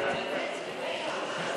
יושבת-ראש הוועדה איילת שקד,